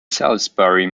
salisbury